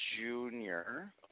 junior